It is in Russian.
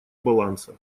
баланса